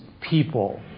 people